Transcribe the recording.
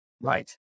Right